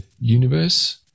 universe